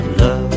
love